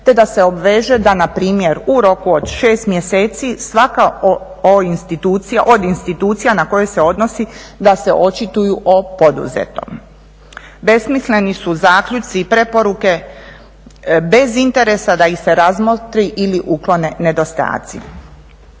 te da se obveže da npr. u roku od 6 mjeseci svaka od institucija na koju se odnosi da se očituju o poduzetom. Besmisleni su zaključci i preporuke bez interesa da ih se razmotri ili uklone nedostaci.